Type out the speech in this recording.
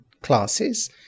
classes